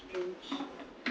strange